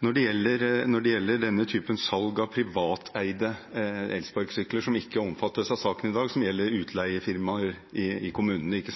gjelder denne typen salg av privateide elsparkesykler – som ikke omfattes av saken i dag, som gjelder utleiefirmaer i kommunene –